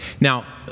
Now